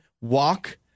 walk